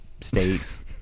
state